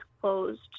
closed